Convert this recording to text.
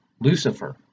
lucifer